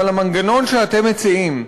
אבל המנגנון שאתם מציעים,